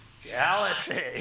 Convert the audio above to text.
Jealousy